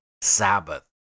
Sabbath